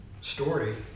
story